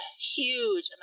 huge